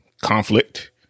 conflict